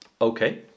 okay